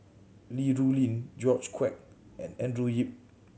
Li Rulin George Quek and Andrew Yip